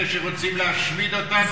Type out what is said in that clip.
אלה שרוצים להשמיד אותנו?